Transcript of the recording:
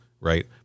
right